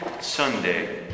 Sunday